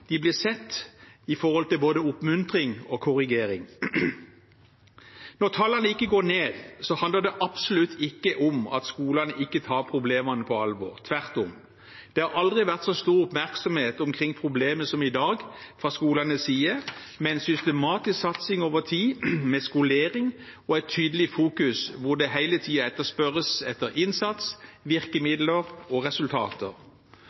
de blir sett med hensyn til både oppmuntring og korrigering. Når tallene ikke går ned, handler det absolutt ikke om at skolene ikke tar problemene på alvor – tvert om. Det har aldri vært så stor oppmerksomhet omkring problemet som i dag fra skolenes side, med systematisk satsing over tid, med skolering og med et tydelig fokus hvor det hele tiden spørres etter innsats, virkemidler og resultater.